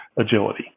agility